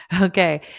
Okay